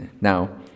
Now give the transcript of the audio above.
Now